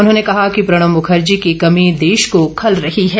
उन्होंने कहा कि प्रणब मुखर्जी की कमी देश को खल रही है